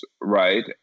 right